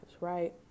right